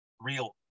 real